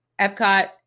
Epcot